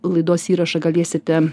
laidos įrašą galėsite